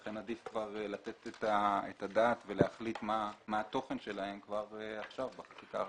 לכן עדיף לתת את הדעת ולהחליט מה התוכן שלהן כבר עכשיו בחקיקה הראשית.